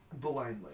blindly